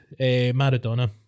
Maradona